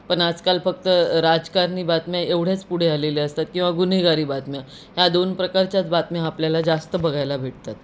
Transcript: पण आजकाल फक्त राजकारणी बातम्या एवढ्याच पुढे आलेले असतात किंवा गुन्हेगारी बातम्या ह्या दोन प्रकारच्याच बातम्या आपल्याला जास्त बघायला भेटतात